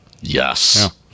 Yes